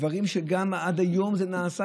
דברים שעד היום זה נעשה,